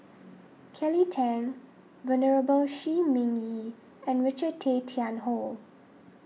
Kelly Tang Venerable Shi Ming Yi and Richard Tay Tian Hoe